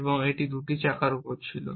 এবং এটি 2টি চাকার উপর ছিল